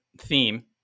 theme